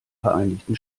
vereinigten